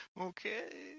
Okay